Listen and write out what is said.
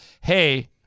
hey